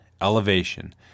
elevation